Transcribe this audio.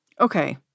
Okay